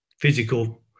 physical